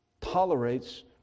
tolerates